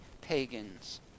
pagans